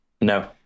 No